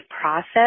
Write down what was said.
process